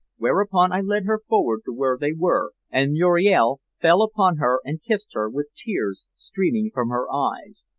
whereupon i led her forward to where they were, and muriel fell upon her and kissed her with tears streaming from her eyes.